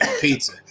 pizza